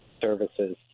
services